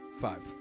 Five